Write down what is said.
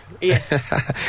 Yes